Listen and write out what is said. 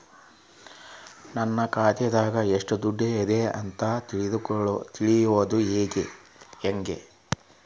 ನನ್ನ ಖಾತೆದಾಗ ಎಷ್ಟ ದುಡ್ಡು ಅದ ಅಂತ ತಿಳಿಯೋದು ಹ್ಯಾಂಗ್ರಿ?